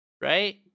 Right